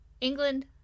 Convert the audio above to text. England